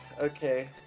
okay